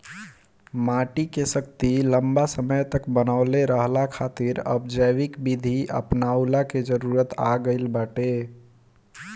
माटी के शक्ति लंबा समय तक बनवले रहला खातिर अब जैविक विधि अपनऊला के जरुरत आ गईल बाटे